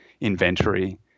inventory